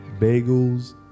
bagels